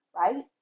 right